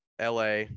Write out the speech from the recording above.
LA